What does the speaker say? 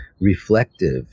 reflective